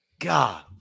God